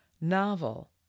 novel